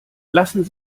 lassen